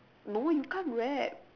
no you can't rap